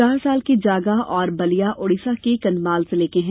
चार वर्ष के जागा और बलिया ओड़िसा के कंधमाल जिले के हैं